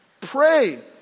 pray